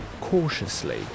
cautiously